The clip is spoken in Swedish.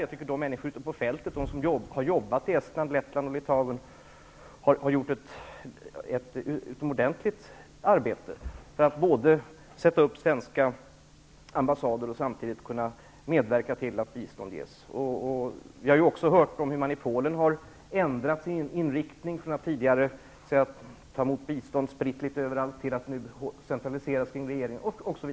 Jag tycker att människorna ute på fältet -- de som har jobbat i Estland, Lettland och Litauen -- har utfört ett utomordentligt arbete. De har byggt upp svenska ambassader och samtidigt kunnat medverka till att bistånd ges. Vi har också hört att man i Polen har ändrat inriktning. Tidigare har man tagit emot bistånd spritt litet över allt. Nu centraliseras detta kring regeringen.